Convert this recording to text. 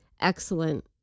excellent